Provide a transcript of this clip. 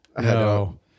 No